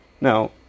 Now